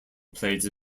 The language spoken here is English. plates